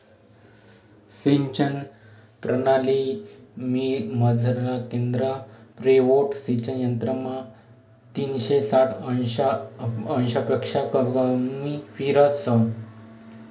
सिंचन परणालीमझारलं केंद्र पिव्होट सिंचन यंत्रमा तीनशे साठ अंशपक्शा कमी फिरस